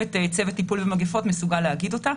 את צוות טיפול במגיפות מסוגל להגיד אותה.